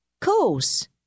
Course